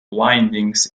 windings